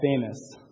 famous